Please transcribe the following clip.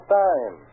time